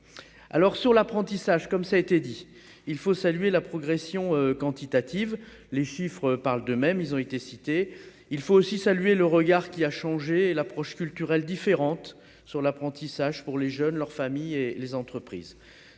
alors sur l'apprentissage, comme ça a été dit, il faut saluer la progression quantitative, les chiffres parlent d'eux-mêmes, ils ont été cités, il faut aussi saluer le regard qui a changé l'approche culturelle différente sur l'apprentissage pour les jeunes, leurs familles et les entreprises,